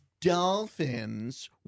Dolphins